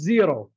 Zero